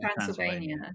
Transylvania